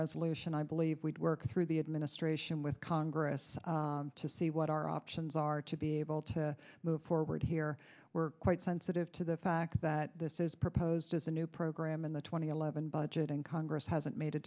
resolution i believe we work through the administration with congress to see what our options are to be able to move forward here we're quite sensitive to the fact that this is proposed as a new program in the two thousand and eleven budget in congress hasn't made a